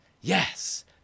yes